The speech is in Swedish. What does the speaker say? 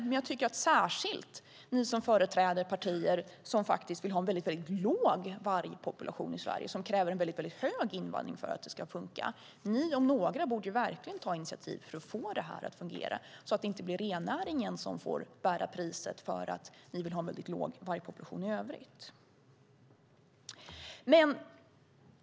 Men särskilt ni som företräder partier som vill ha en liten vargpopulation, vilket kräver en stor invandring för att det ska funka, borde verkligen ta initiativ för att få detta att fungera så att inte rennäringen får betala priset för att ni vill ha en liten vargpopulation.